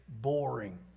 boring